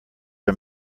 are